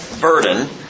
burden